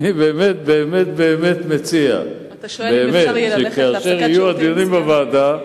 אני באמת-באמת-באמת מציע שכאשר יהיו הדיונים בוועדה,